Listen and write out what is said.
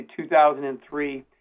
2003